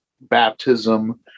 baptism